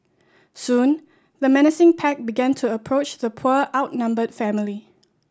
soon the menacing pack began to approach the poor outnumbered family